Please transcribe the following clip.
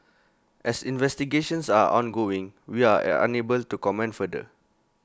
as investigations are ongoing we are are unable to comment further